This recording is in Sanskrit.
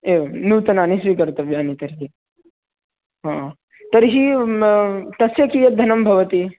एवं नूतनानि स्वीकर्तव्यानि तर्हि हा तर्हि म तस्य कियद्धनं भवति